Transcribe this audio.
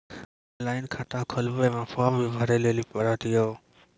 Online खाता खोलवे मे फोर्म भी भरे लेली पड़त यो?